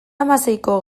hamaseiko